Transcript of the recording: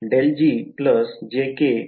∇g आहे